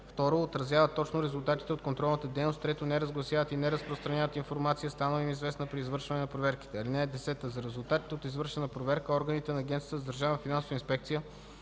2. отразяват точно резултатите от контролната дейност; 3. не разгласяват и не разпространяват информация, станала им известна при извършване на проверките. (10) За резултатите от извършена проверка органите на Агенцията за държавна финансова инспекция